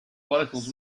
locals